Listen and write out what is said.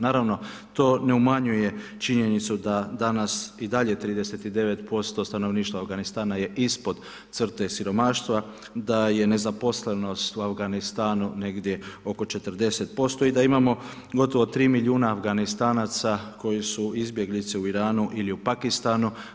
Naravno, to ne umanjuje činjenicu da danas i dalje 39% stanovništva Afganistana je ispod crte siromaštva, da je nezaposlenost u Afganistanu negdje oko 40% i da imamo gotovo 3 milijuna Afganistanaca koji su izbjeglice u Iranu ili u Pakistanu.